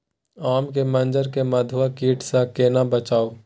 आम के मंजर के मधुआ कीट स केना बचाऊ?